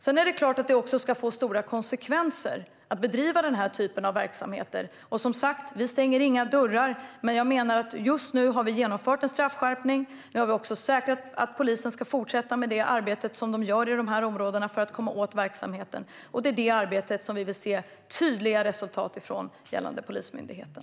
Sedan är det klart att det också ska få stora konsekvenser att bedriva den här typen av verksamhet. Vi stänger, som sagt, inga dörrar, men just nu har vi genomfört en straffskärpning. Vi har också säkrat att polisen ska fortsätta med det arbete som man gör i dessa områden för att komma åt verksamheten. Det är detta arbete som vi vill se tydliga resultat av gällande Polismyndigheten.